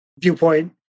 viewpoint